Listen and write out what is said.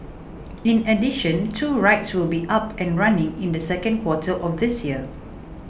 in addition two rides will be up and running in the second quarter of this year